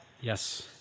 Yes